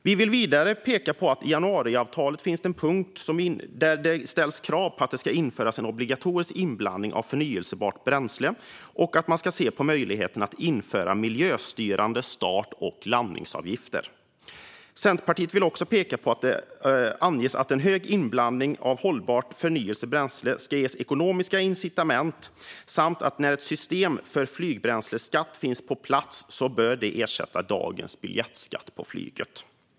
Vi vill vidare peka på att det i januariavtalet finns en punkt där det ställs krav på att införa en obligatorisk inblandning av förnybart bränsle och att man ska se över möjligheten att införa miljöstyrande start och landningsavgifter. Centerpartiet vill också peka på att det ska finnas ekonomiska incitament för en hög inblandning av hållbart förnybart bränsle och att när ett system för flygbränsleskatt finns på plats så bör det ersätta dagens biljettskatt på flyget.